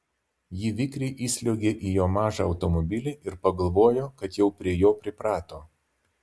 ji vikriai įsliuogė į jo mažą automobilį ir pagalvojo kad jau prie jo priprato